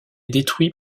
détruit